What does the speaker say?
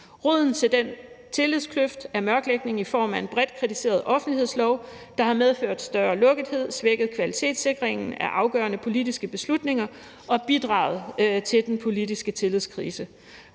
Roden til tillidskløften er mørklægning i form af en bredt kritiseret offentlighedslov, der har medført større lukkethed, svækket kvalitetssikringen af afgørende politiske beslutninger og bidraget til den politiske tillidskrise.